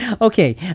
Okay